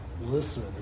listen